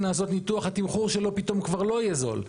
לעשות ניתוח התמחור שלו פתאום כבר לא יהיה זול.